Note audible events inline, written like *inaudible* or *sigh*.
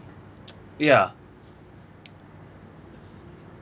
*noise* ya